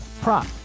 prop